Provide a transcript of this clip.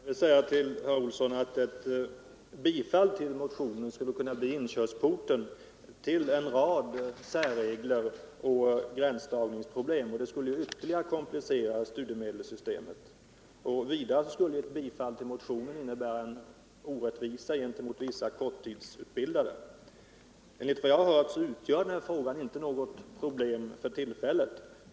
Herr talman! Jag vill säga till herr Olsson i Stockholm att ett bifall till motionen skulle kunna bli inkörsporten till en rad särregler och gränsdragningsproblem, som ytterligare skulle komplicera studiemedelssystemet. Vidare skulle ett bifall till motionen innebära en orättvisa gentemot vissa korttidsutbildade. Enligt vad jag hört utgör denna fråga inte något problem för tillfället.